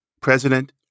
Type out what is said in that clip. President